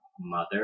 mother